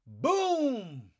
Boom